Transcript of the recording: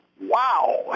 wow